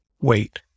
Wait